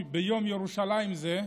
ביום ירושלים זה,